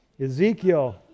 Ezekiel